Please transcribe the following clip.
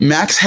Max